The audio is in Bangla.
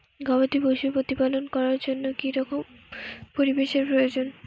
গবাদী পশু প্রতিপালন করার জন্য কি রকম পরিবেশের প্রয়োজন?